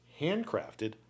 handcrafted